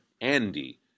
Andy